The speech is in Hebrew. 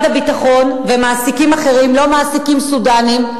הביטחון ומעסיקים אחרים לא מעסיקים סודנים,